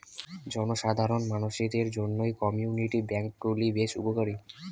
জনসাধারণ মানসিদের জইন্যে কমিউনিটি ব্যাঙ্ক গুলি বেশ উপকারী